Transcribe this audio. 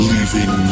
Leaving